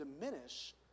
diminish